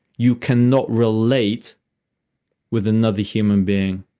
you cannot relate with another human being